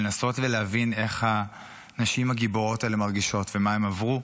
לנסות להבין איך הנשים הגיבורות האלה מרגישות ומה הן עברו.